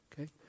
Okay